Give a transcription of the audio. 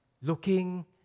looking